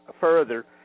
further